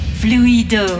fluido